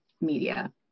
media